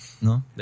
No